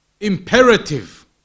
imperative